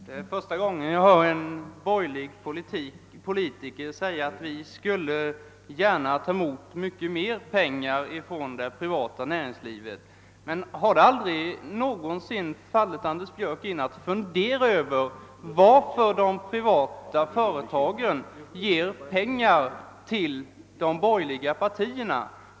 Det är första gången jag hör en borgerlig politiker säga att man gärna skulle ta emot mycket mer pengar från det privata näringslivet. Men har det aldrig fallit Anders Björck in att fundera över varför de privata företagen ger pengar till de borgerliga partierna?